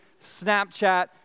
Snapchat